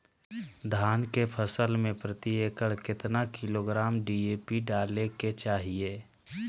धान के फसल में प्रति एकड़ कितना किलोग्राम डी.ए.पी डाले के चाहिए?